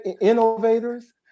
innovators